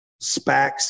Spacs